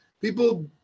people